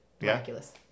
miraculous